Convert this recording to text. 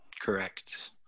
Correct